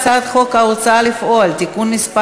הצעת חוק הפיקוח על שירותים פיננסיים (קופות גמל) (תיקון מס'